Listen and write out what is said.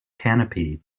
canopy